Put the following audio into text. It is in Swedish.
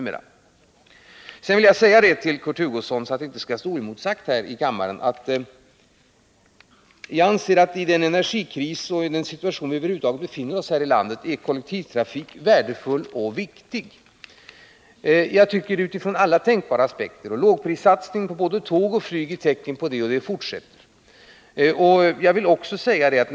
För att inte Kurt Hugossons uttalande skall stå oemotsagt vill jag säga följande. I den energikris och den situation som vi över huvud taget befinner oss i här i landet är kollektivtrafiken värdefull och viktig, utifrån alla tänkbara aspekter. Lågprissatsningarna på både tåg och flyg är tecken på detta, och dessa satsningar fortsätter.